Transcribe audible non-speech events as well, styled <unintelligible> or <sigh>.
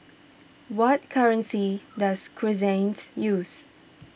what currency does <unintelligible> use